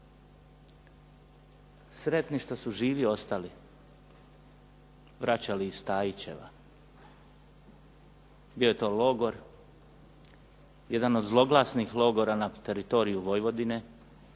sretni što su živi ostali vraćali iz Stajićeva. Bio je to logor jedan od zloglasnih teritorija na teritoriju Vojvodine